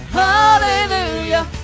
hallelujah